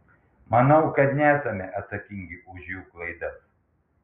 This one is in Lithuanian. manau kad nesame atsakingi už jų klaidas